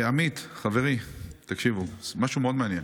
עמית, חברי, תקשיבו, משהו מאוד מעניין.